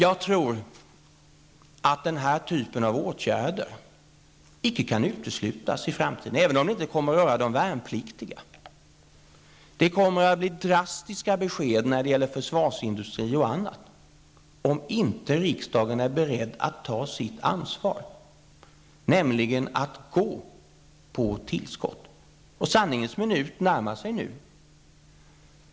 Jag tror att den här typen av åtgärder icke kan uteslutas i framtiden, även om det inte återigen kommer att röra de värnpliktiga. Det kommer att bli drastiska besked när det gäller försvarsindustri och annat om inte riksdagen är beredd att ta sitt ansvar, nämligen genom att gå med på tillskott. Sanningens minut närmar sig nu.